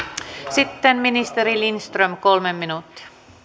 sitten ministeri lindström kolme minuuttia